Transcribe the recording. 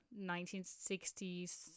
1960s